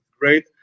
Great